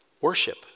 Worship